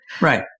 right